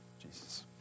Jesus